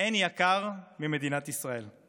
אין יקר ממדינת ישראל.